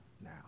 now